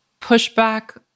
pushback